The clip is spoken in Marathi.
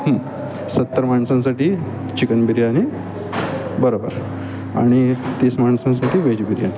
सत्तर माणसांसाठी चिकन बिर्यानी बरं बरं आणि तीस माणसांसाठी व्हेज बिर्यानी